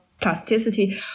plasticity